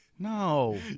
No